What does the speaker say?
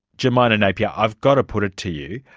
jemina napier, i've got to put it to you.